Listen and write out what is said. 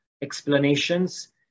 explanations